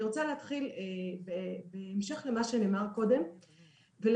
אני רוצה להתחיל בהמשך למה שנאמר קודם ולהגיד